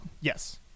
Yes